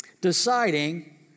deciding